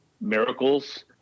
Miracles